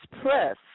press